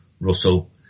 Russell